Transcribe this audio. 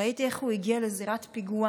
ראיתי איך הוא הגיע לזירת פיגוע